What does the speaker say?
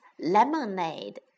lemonade